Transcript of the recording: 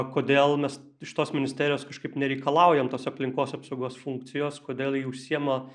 kodėl mes iš tos ministerijos kažkaip nereikalaujam tos aplinkos apsaugos funkcijos kodėl ji užsiima